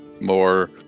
more